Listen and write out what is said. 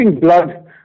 blood